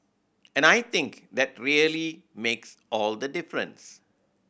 and I think that really makes all the difference